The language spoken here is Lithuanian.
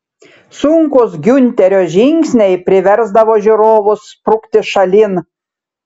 sunkūs giunterio žingsniai priversdavo žiūrovus sprukti šalin